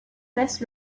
laisse